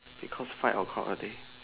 because five o-clock I think